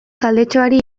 taldetxoari